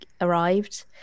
arrived